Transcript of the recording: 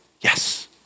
Yes